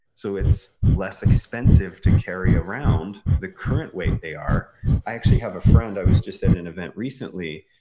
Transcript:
so it's less expensive to carry around the current weight they are i actually have a friend, i was just at an event recently,